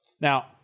Now